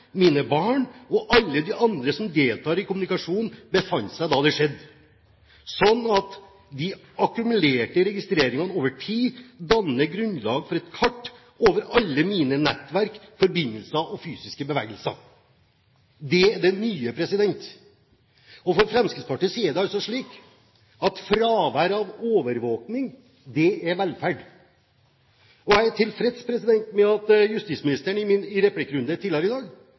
mine barn og alle de andre som deltar i kommunikasjonen befant seg da det skjedde – slik at de akkumulerte registreringene over tid danner grunnlag for et kart over alle mine nettverk, forbindelser og fysiske bevegelser.» Det er det nye. Og for Fremskrittspartiet er det slik at fravær av overvåking er velferd. Jeg er tilfreds med at justisministeren i en replikkrunde tidligere i dag